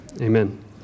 amen